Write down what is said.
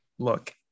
Look